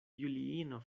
juliino